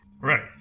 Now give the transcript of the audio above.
Right